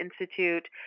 Institute